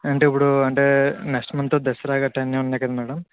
అంటే ఇప్పుడు అంటే నెక్స్ట్ మంత్ దసరా గట్టా అన్నీ ఉన్నాయి కదా మ్యాడమ్